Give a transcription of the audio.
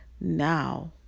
now